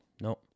No